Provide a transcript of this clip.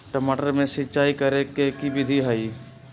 टमाटर में सिचाई करे के की विधि हई?